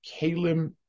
kalim